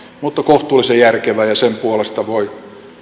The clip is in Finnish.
mutta kohtuullisen järkevä ja sen puolesta voi